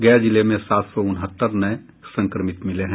गया जिले में सात सौ उनहत्तर नए संक्रमित मिले हैं